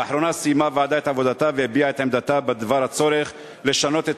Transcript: לאחרונה סיימה הוועדה את עבודתה והביעה את עמדתה בדבר הצורך לשנות את